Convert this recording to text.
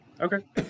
Okay